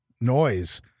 noise